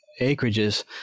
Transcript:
acreages